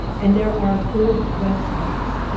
and there are good websites,